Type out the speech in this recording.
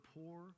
poor